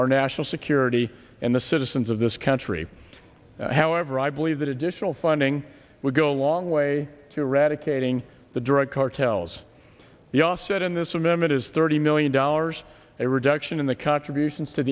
our national security and the citizens of this country however i believe that additional funding would go a long way to eradicating the drug cartels the offset in this amendment is thirty million dollars a reduction in the contributions to